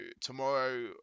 tomorrow